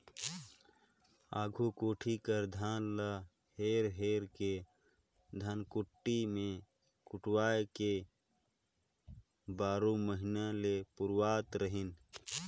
आघु कोठी कर धान ल हेर हेर के धनकुट्टी मे कुटवाए के बारो महिना ले पुरावत रहिन